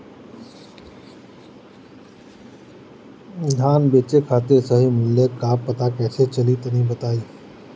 धान बेचे खातिर सही मूल्य का पता कैसे चली तनी बताई?